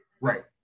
Right